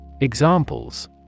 Examples